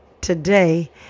today